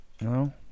No